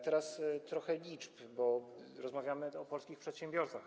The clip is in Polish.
Teraz trochę liczb, bo rozmawiamy o polskich przedsiębiorcach.